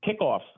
kickoffs